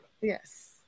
Yes